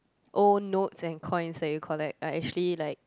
old notes and coins that you collect are actually like